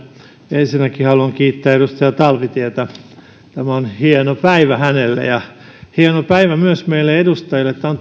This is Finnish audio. ensinnäkin haluan kiittää edustaja talvitietä tämä on hieno päivä hänelle ja hieno päivä myös meille edustajille tämä on